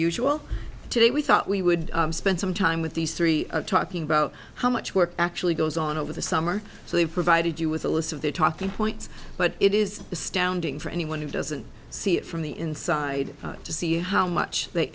usual today we thought we would spend some time with these three talking about how much work actually goes on over the summer so they provided you with a list of their talking points but it is astounding for anyone who doesn't see it from the inside to see how much they